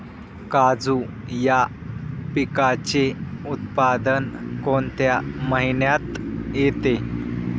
काजू या पिकाचे उत्पादन कोणत्या महिन्यात येते?